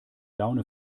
laune